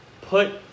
Put